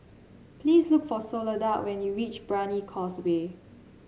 please look for Soledad when you reach Brani Causeway